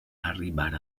arribar